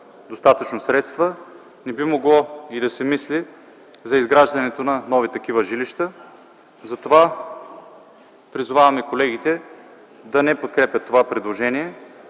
достатъчно средства, не би могло да се мисли за изграждането на нови такива жилища. Затова призовавам колегите да не подкрепят това предложение,